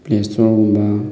play ꯏꯁꯇꯣꯔꯒꯨꯝꯕ